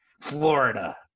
Florida